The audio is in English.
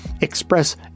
express